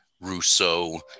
Rousseau